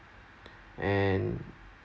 and